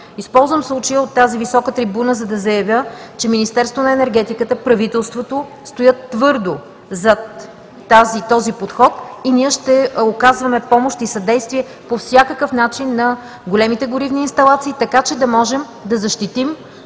Използвам случая от тази висока трибуна да заявя, че Министерството на енергетиката, правителството стоят твърдо зад този подход и ще оказваме помощ и съдействие по всякакъв начин на големите горивни инсталации, така че да можем да защитим